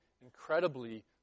incredibly